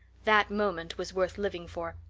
that moment was worth living for.